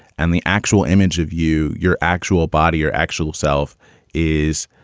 and the actual image of you, your actual body, your actual self is,